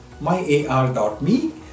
myar.me